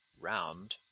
round